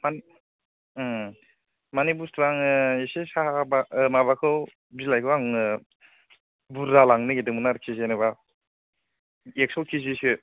फान माने बुस्थुया आङो एसे साहा बागान माबाखौ बिलायखौ आङो बुर्जा लांनो नागिरदोंमोन आरखि जेन'बा एकस' कि जिसो